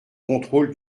contrôle